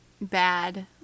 bad